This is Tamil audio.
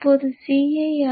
இப்போது cir